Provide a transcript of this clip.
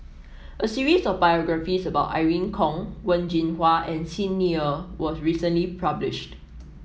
a series of biographies about Irene Khong Wen Jinhua and Xi Ni Er was recently published